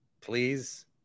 Please